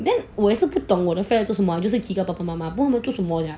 then 我也是不懂我的 friend 做什么就是 keegan 的爸爸妈妈不懂他们做什么 ya